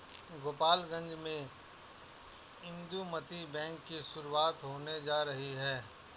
गोपालगंज में इंदुमती बैंक की शुरुआत होने जा रही है